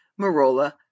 Marola